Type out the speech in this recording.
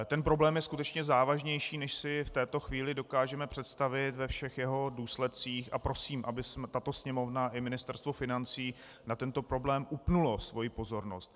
Ten problém je skutečně závažnější, než si v této chvíli dokážeme představit ve všech jeho důsledcích, a prosím, aby tato Sněmovna i Ministerstvo financí na tento problém upnuly svoji pozornost.